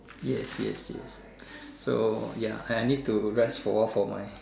yes yes yes so ys I need to rest awhile for my